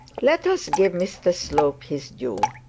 let us give mr slope his due.